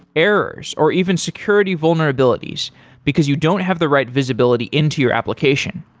errors, or even security vulnerabilities because you don't have the right visibility into your application?